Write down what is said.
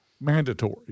mandatory